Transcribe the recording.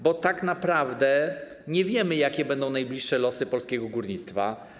Bo tak naprawdę nie wiemy, jakie będą najbliższe losy polskiego górnictwa.